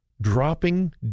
dropping